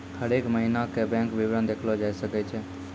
हरेक महिना के बैंक विबरण देखलो जाय सकै छै